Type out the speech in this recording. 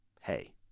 Hey